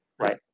Right